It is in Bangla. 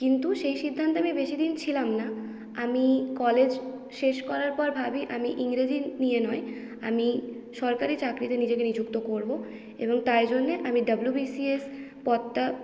কিন্তু সেই সিদ্ধান্তে আমি বেশিদিন ছিলাম না আমি কলেজ শেষ করার পর ভাবি আমি ইংরেজি নিয়ে নয় আমি সরকারি চাকরিতে নিজেকে নিযুক্ত করবো এবং তাই জন্যে আমি ডাবলুবিসিএস পদটার